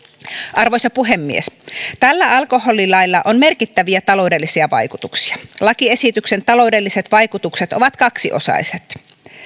arvoisa puhemies tällä alkoholilailla on merkittäviä taloudellisia vaikutuksia lakiesityksen taloudelliset vaikutukset ovat kaksiosaiset